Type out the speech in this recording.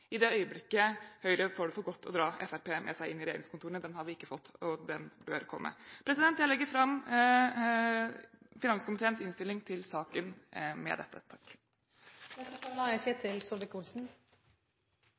i det øyeblikket Høyre finner det for godt å dra Fremskrittspartiet med seg inn i regjeringskontorene – den har vi ikke fått, og den bør komme. Jeg legger med dette fram finanskomiteens innstilling i saken.